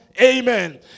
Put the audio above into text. Amen